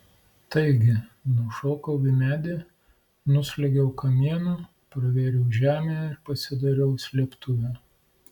taigi nušokau į medį nusliuogiau kamienu pravėriau žemę ir pasidariau slėptuvę